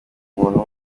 umwe